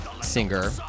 singer